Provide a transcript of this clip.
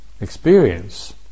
Experience